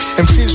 MC's